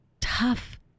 tough